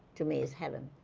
to me, is heaven